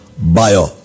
Bio